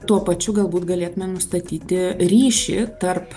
tuo pačiu galbūt galėtume nustatyti ryšį tarp